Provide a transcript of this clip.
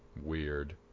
Weird